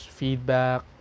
feedback